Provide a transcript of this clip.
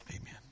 Amen